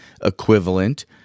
equivalent